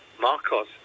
Marcos